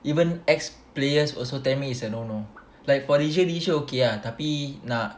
even ex players also tell me is I don't know like for leisure leisure okay lah tapi nak